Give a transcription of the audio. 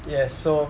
ya so